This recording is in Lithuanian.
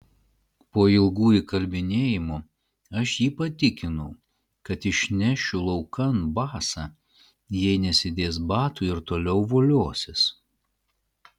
po ilgų įkalbinėjimų aš jį patikinau kad išnešiu laukan basą jei nesidės batų ir toliau voliosis